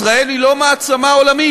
ישראל היא לא מעצמה עולמית,